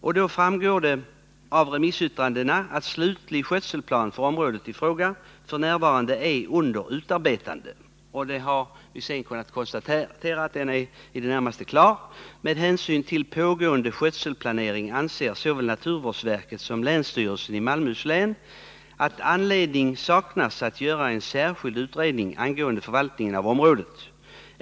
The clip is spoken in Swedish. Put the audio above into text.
Utskottet anför vidare: ”Av remissyttrandena framgår att slutgiltig skötselplan för området i fråga f. n. är under utarbetande.” ——- Vi har senare kunnat konstatera att planen är i det närmaste klar. —-—-- ”Med hänsyn till pågående skötselplanering anser såväl naturvårdsverket som länsstyrelsen i Malmöhus län att anledning saknas att göra en särskild utredning angående förvaltningen av området.